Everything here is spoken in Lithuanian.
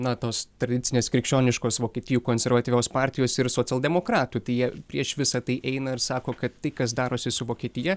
na tos tradicinės krikščioniškos vokietijų konservatyvios partijos ir socialdemokratų tai jie prieš visa tai eina ir sako kad tai kas darosi su vokietija